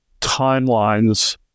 timelines